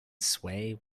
sway